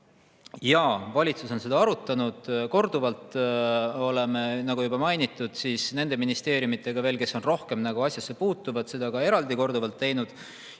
Jaa, valitsus on seda arutanud korduvalt. Oleme, nagu juba mainitud, nende ministeeriumidega, kes nagu rohkem asjasse puutuvad, seda ka eraldi korduvalt teinud.